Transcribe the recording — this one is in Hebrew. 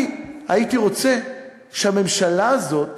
אני הייתי רוצה שהממשלה הזאת